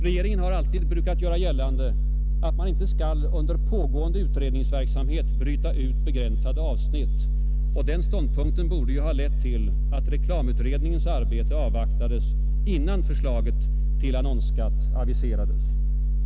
Regeringen har alltid brukat göra gällande att man inte skall under pågående utredningsverksamhet bryta ut begränsade avsnitt, och den ståndpunkten borde ju ha lett till att reklamutredningens arbete avvaktades, innan förslaget till annonsskatt aviserades.